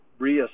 reassess